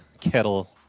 Kettle